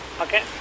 Okay